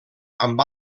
amb